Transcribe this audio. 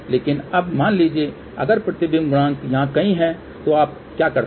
लेकिन अब मान लीजिए अगर प्रतिबिंब गुणांक यहां कहीं है तो आप क्या करते हैं